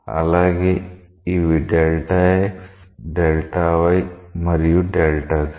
అలాగే ఇవి Δ x Δ y మరియు Δ z